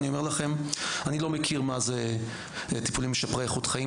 אני אומר לכם שאני לא יודע מה זה טיפולים משפרי איכות חיים,